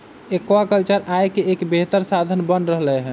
aquaculture आय के एक बेहतर साधन बन रहले है